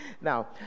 Now